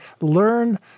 learn